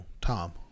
Tom